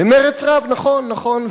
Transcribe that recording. במרץ רב, נכון, נכון.